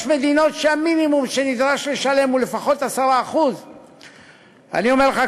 יש מדינות שבהן המינימום שנדרש לשלם הוא לפחות 10%. אני אומר לך,